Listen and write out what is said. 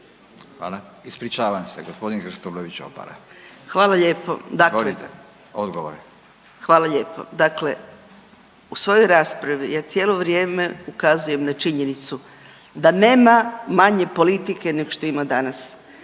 **Mrak-Taritaš, Anka (GLAS)** Hvala lijepo. Dakle, u svojoj raspravi ja cijelo vrijeme ukazujem na činjenicu da nema manje politike nego što ima danas.